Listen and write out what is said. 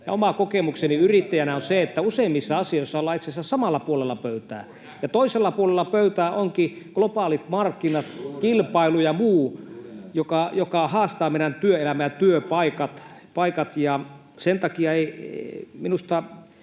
Oma kokemukseni yrittäjänä on, että useimmissa asioissa ollaan itse asiassa samalla puolella pöytää ja toisella puolella pöytää ovatkin globaalit markkinat, kilpailu ja muu, jotka haastavat meidän työelämää ja työpaikat. Hallituksen